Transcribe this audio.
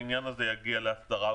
העניין הזה יגיע להסדרה.